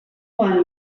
one